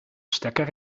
stekker